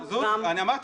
אמרתי